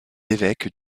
évêques